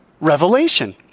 revelation